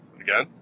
again